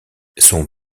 son